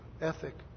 ethic